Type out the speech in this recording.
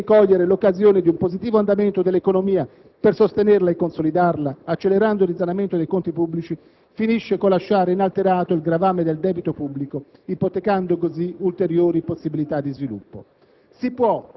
perché invece di cogliere l'occasione di un positivo andamento dell'economia per sostenerla e consolidarla accelerando il risanamento dei conti pubblici, finisce col lasciare inalterato il gravame del debito pubblico, ipotecando così ulteriori possibilità di sviluppo.